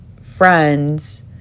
friends